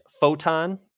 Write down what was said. Photon